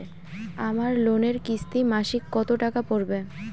আমার লোনের কিস্তি মাসিক কত টাকা পড়বে?